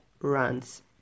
runs